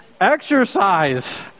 Exercise